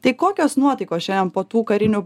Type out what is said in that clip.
tai kokios nuotaikos šiandien po tų karinių